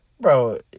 Bro